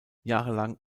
jahrelang